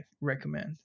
recommend